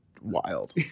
Wild